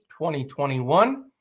2021